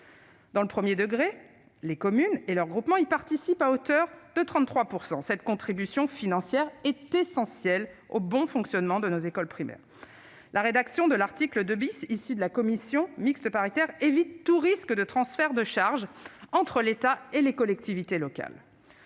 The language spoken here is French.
Dans le premier degré, les communes et leurs groupements y participent à hauteur de 33 %. Cette contribution financière est essentielle au bon fonctionnement de nos écoles primaires. La rédaction de l'article 2 issue de la commission mixte paritaire évite tout risque de transfert de charges entre l'État et les collectivités locales.